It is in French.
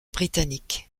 britannique